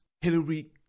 Hillary